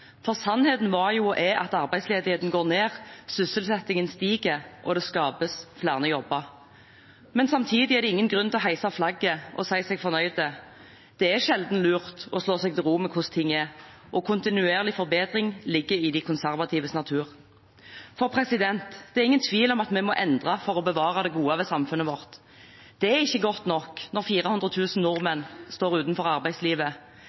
for sannheten var jo – og er – at arbeidsledigheten går ned, sysselsettingen stiger, og det skapes flere jobber. Samtidig er det ingen grunn til å heise flagget og si seg fornøyd. Det er sjelden lurt å slå seg til ro med hvordan ting er, og kontinuerlig forbedring ligger i de konservatives natur. Det er ingen tvil om at vi må endre for å bevare det gode ved samfunnet vårt. Det er ikke godt nok når 400 000 nordmenn står utenfor arbeidslivet.